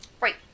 Right